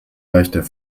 leichter